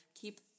keep